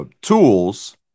tools